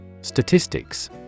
Statistics